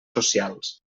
socials